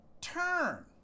turn